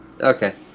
Okay